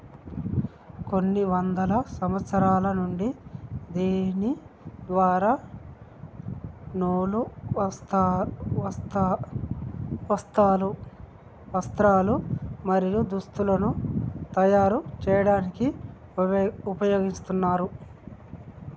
కొన్ని వందల సంవత్సరాల నుండి దీని ద్వార నూలు, వస్త్రాలు, మరియు దుస్తులను తయరు చేయాడానికి ఉపయోగిస్తున్నారు